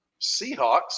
seahawks